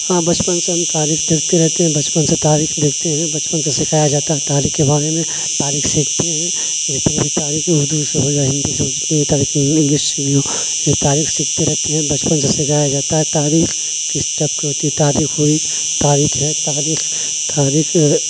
ہاں بچپن سے ہم تاریخ دیکھتے رہتے ہیں بچپن سے تاریخ دیکھتے ہیں بچپن سے سکھایا جاتا ہے تاریخ کے بارے میں تاریخ سیکھتے ہیں جتنے بھی تاریخ ہے اردو سے ہو یا ہندی سے ہو جتنے بھی تاریخ انگلش بھی ہو یہ تاریخ سیکھتے رہتے ہیں بچپن سے سکھایا جاتا ہے تاریخ کس ٹائپ کی ہوتی ہے تاریخ اوریخ تاریخ ہے تاریخ تاریخ